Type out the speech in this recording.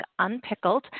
Unpickled